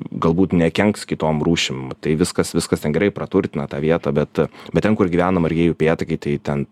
galbūt nekenks kitom rūšim tai viskas viskas ten gerai praturtina tą vietą bet bet ten kur gyvena margieji upėtakiai tai ten